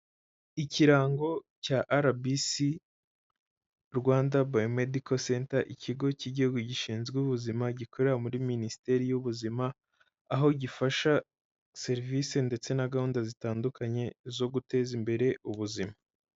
Ikirango cya RBC, Rwanda Biomedical Center, ikigo cy'igihugu gishinzwe ubuzima, gikorera muri minisiteri y'ubuzima, aho gifasha serivise ndetse na gahunda zitandukanye, zo guteza imbere ubuzima.